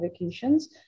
vacations